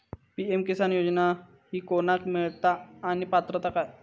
PM Kisan योजना ही कोणाक मिळता आणि पात्रता काय?